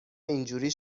اینجوری